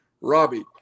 Robbie